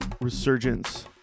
Resurgence